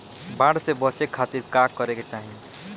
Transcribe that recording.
बाढ़ से बचे खातिर का करे के चाहीं?